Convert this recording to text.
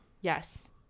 Yes